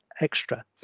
extra